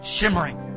Shimmering